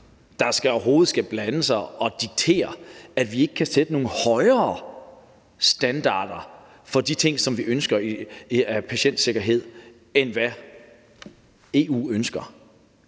EU overhovedet skal blande sig i og diktere, at vi ikke kan sætte nogle højere standarder for patientsikkerhed, end hvad EU ønsker.